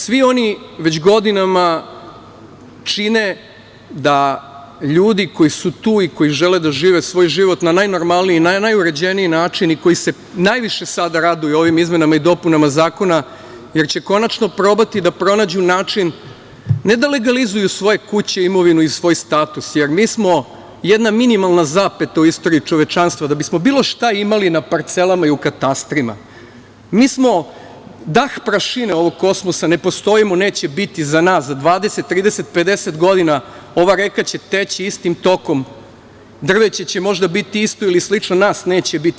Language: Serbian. Svi oni već godinama čine da ljudi koji su tu i koji žele da žive svoj život na najnormalniji i na najuređeniji način i koji se najviše sada raduju ovim izmenama i dopunama zakona, jer će konačno probati da pronađu način, ne da legalizuju svoje kuće, imovinu i svoj status, jer mi smo jedna minimalna zapeta u istoriji čovečanstva da bismo bilo šta imali na parcelama i u katastrima mi smo dah prašine ovog kosmosa, ne postojimo, neće biti za nas za 20, 30, 50 godina ova reka će teći istim tokom, drveće će možda biti isto ili slično, nas neće biti.